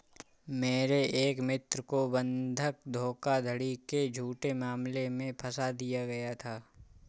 मेरे एक मित्र को बंधक धोखाधड़ी के झूठे मामले में फसा दिया गया था